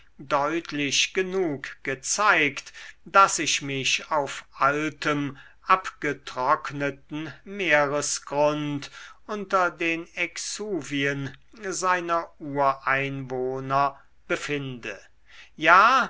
deutlich genug gezeigt daß ich mich auf altem abgetrockneten meeresgrund unter den exuvien seiner ureinwohner befinde ja